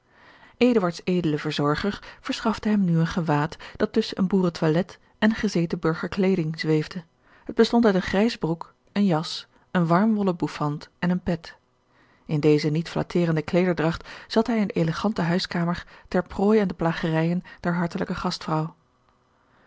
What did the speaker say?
verzorger verschafte hem nu een gewaad dat tusschen george een ongeluksvogel een boerentoilet en eene gezeten burgerkleeding zweefde het bestond uit een grijze broek een jas een warme wollen bouffante en een pet in deze niet flatterende kleederdragt zat hij in de elegante huiskamer ter prooi aan de plagerijen der hartelijke gastvrouw